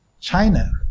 China